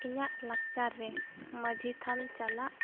ᱤᱧᱟᱹᱜ ᱞᱟᱠᱪᱟᱨ ᱨᱮ ᱢᱟᱹᱡᱷᱤᱛᱷᱟᱱ ᱪᱟᱞᱟᱜ